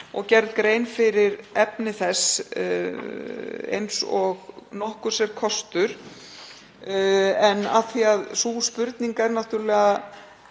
og gerð grein fyrir efni þess eins og nokkurs er kostur. En af því að sú spurning liggur